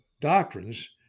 doctrines